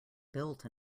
built